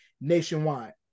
nationwide